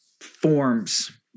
forms